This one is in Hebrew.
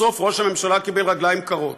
בסוף ראש הממשלה קיבל רגליים קרות.